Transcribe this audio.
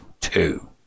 two